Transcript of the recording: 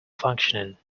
functioning